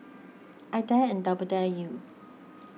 I dare and double dare you